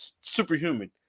superhuman